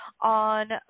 on